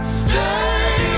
stay